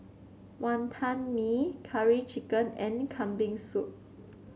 Wantan Mee Curry Chicken and Kambing Soup